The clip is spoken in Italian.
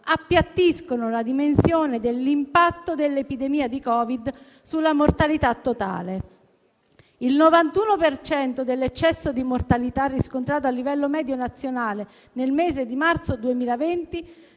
appiattiscono la dimensione dell'impatto dell'epidemia di Covid sulla mortalità totale. Il 91 per cento dell'eccesso di mortalità riscontrata a livello medio nazionale nel mese di marzo 2020